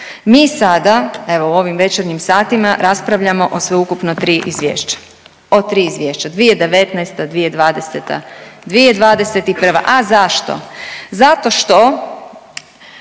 Mi sada, evo u ovim večernjim satima raspravljamo o sveukupno 3 izvješća, o 3 izvješća, 2019., 2020., 2021. A zašto? Zato što,